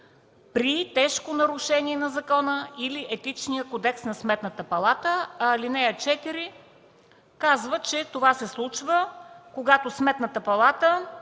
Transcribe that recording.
при тежко нарушение на закона или Етичния кодекс на Сметната палата, а ал. 4 казва, че това се случва, когато Сметната палата